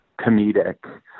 comedic